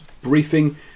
briefing